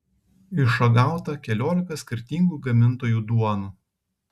išragauta keliolika skirtingų gamintojų duonų